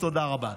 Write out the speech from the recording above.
תודה רבה.